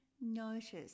notice